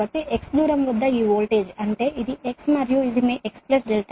కాబట్టి x దూరం వద్ద ఈ వోల్టేజ్ అంటే ఇది x మరియు ఇది మీ x ∆x